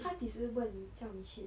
他几时问你叫你去